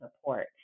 support